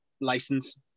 license